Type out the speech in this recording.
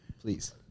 Please